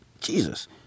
Jesus